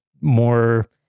more